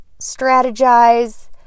strategize